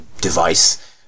device